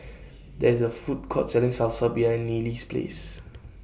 There IS A Food Court Selling Salsa behind Neely's Place